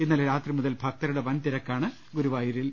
ഇന്നലെ രാത്രി മുതൽ ഭക്തരുടെ വൻ തിരക്കാണ് ഗുരുവായൂരിൽ